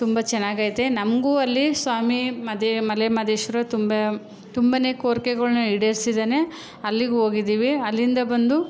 ತುಂಬ ಚೆನ್ನಾಗೈತೆ ನಮ್ಗೂ ಅಲ್ಲಿ ಸ್ವಾಮಿ ಮದೆ ಮಲೆ ಮಹದೇಶ್ವರ ತುಂಬ ತುಂಬನೇ ಕೋರಿಕೆಗಳ್ನ ಈಡೇರಿಸಿದ್ದಾನೆ ಅಲ್ಲಿಗೋಗಿದ್ದೀವಿ ಅಲ್ಲಿಂದ ಬಂದು